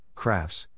crafts